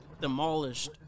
Demolished